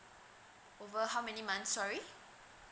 over how many months sorry